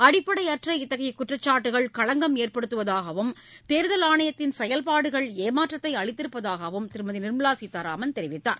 அடிப்படையற்ற இத்தகைய குற்றச்சாட்டுக்கள் களங்கம் ஏற்படுத்துவதாகவும் தேர்தல் ஆணையத்தின் செயல்பாடுகள் ஏமாற்றத்தை அளித்திருப்பதாகவும் அவர் தெரிவித்தார்